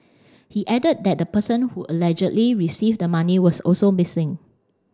he added that the person who allegedly received the money was also missing